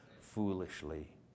foolishly